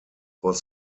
was